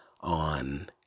on